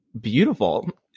beautiful